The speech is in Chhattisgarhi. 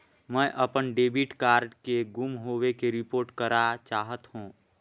मैं अपन डेबिट कार्ड के गुम होवे के रिपोर्ट करा चाहत हों